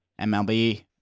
MLB